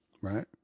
right